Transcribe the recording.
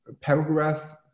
paragraph